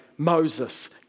Moses